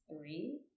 three